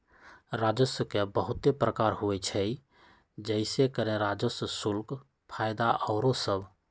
राजस्व के बहुते प्रकार होइ छइ जइसे करें राजस्व, शुल्क, फयदा आउरो सभ